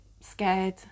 scared